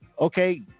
Okay